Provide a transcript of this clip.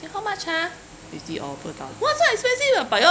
then how much ah fifty over dollar !wah! so expensive ah but you all